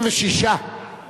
התשע"ב 2012,